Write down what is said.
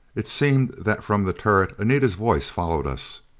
it seemed that from the turret anita's voice followed us.